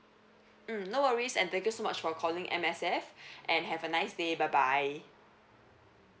mm no worries and thank you so much for calling M_S_F and have a nice day bye bye